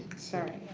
sorry.